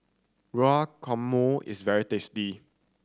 guacamole is very tasty